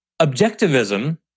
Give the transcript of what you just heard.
objectivism